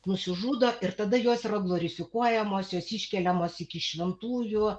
nusižudo ir tada jos yra glorifikuojamos jos iškeliamos iki šventųjų